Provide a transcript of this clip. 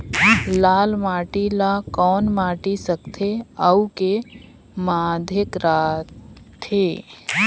लाल माटी ला कौन माटी सकथे अउ के माधेक राथे?